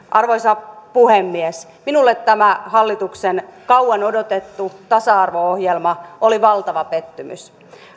arvoisa puhemies minulle tämä hallituksen kauan odotettu tasa arvo ohjelma oli valtava pettymys